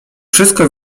wszystko